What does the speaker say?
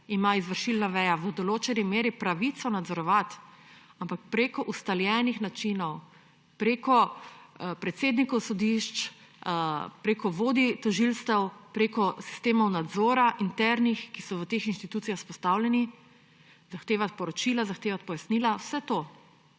ima izvršilna veja v določeni meri pravico nadzorovati, ampak preko ustaljenih načinov, preko predsednikov sodišč, preko vodij tožilstev, preko sistemov nadzora, internih, ki so v teh institucijah vzpostavljeni, zahtevati poročila, zahtevati pojasnila, vse to;